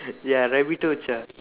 ya Rabbitocha